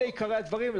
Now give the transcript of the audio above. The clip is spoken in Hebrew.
אלה עיקרי הדברים.